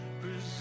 present